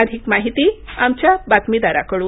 अधिक माहिती आमच्या बातमीदाराकडून